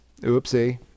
Oopsie